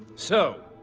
so!